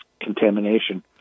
contamination